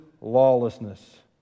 lawlessness